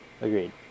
Agreed